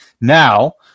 now